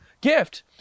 gift